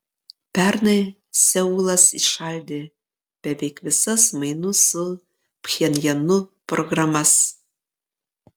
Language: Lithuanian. pernai seulas įšaldė beveik visas mainų su pchenjanu programas